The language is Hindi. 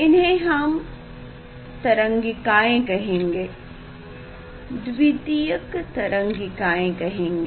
उन्हें हम तरंगिकाये कहेंगे द्वितीयक तरंगिकाएँ कहेंगे